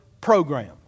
program